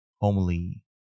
homely